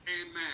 Amen